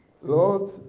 Lord